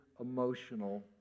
emotional